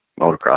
motocross